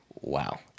wow